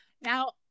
now